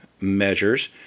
measures